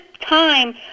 time